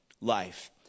life